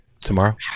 tomorrow